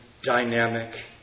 dynamic